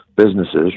businesses